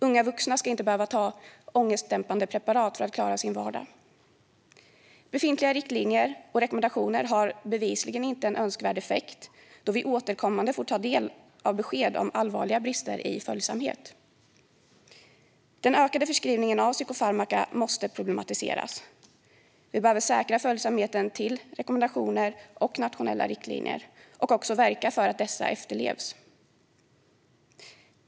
Unga vuxna ska inte behöva ta ångestdämpande preparat för att klara sin vardag. Befintliga riktlinjer och rekommendationer har bevisligen inte en önskvärd effekt då vi återkommande får ta del av besked om allvarliga brister när det gäller att följa dem. Den ökade förskrivningen av psykofarmaka måste problematiseras. Vi behöver säkra följsamheten till rekommendationer och nationella riktlinjer och också verka för att dessa efterlevs.